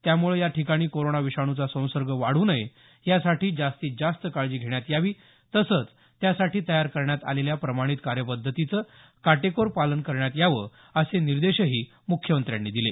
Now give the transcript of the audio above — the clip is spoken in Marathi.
त्यामुळे या ठिकाणी कोरोना विषाणूचा संसर्ग वाढू नये यासाठी जास्तीत जास्त काळजी घेण्यात यावी तसंच त्यासाठी तयार करण्यात आलेल्या प्रमाणित कार्यपद्धतीचं काटेकोर पालन करण्यात यावं असे निर्देशही मुख्यमंत्र्यांनी दिले